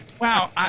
Wow